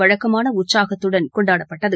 வழக்கமான உற்சாகத்துடன் கொண்டாடப்பட்டது